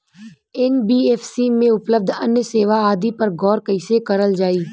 NBFC में उपलब्ध अन्य सेवा आदि पर गौर कइसे करल जाइ?